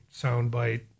soundbite